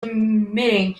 emitting